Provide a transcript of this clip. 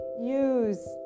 use